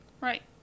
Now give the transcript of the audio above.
Right